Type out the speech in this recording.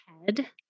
head